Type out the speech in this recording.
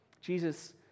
Jesus